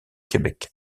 québec